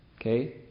Okay